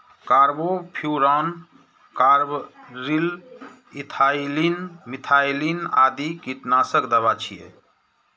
carbofuran, carbaryl, ethylene, methylene आदि कीटनाशक दवा छियै